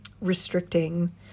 restricting